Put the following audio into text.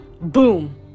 boom